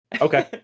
Okay